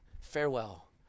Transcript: farewell